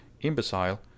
Imbecile